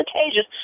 occasions